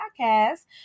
podcast